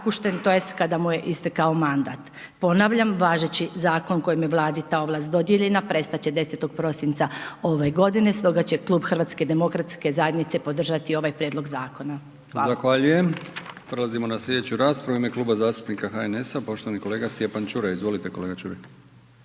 tj. kada mu je istekao mandat. Ponavljam, važeći zakon kojem je Vladi ta ovlast dodijeljena prestat će 10. prosinca ove godine. Stoga će klub HDZ-a podržati ovaj prijedlog zakona. Hvala. **Brkić, Milijan (HDZ)** Zahvaljujem. Prelazimo na sljedeću raspravu. U ime Kluba zastupnika HNS-a poštovani kolega Stjepan Čuraj. Izvolite kolega Čuraj.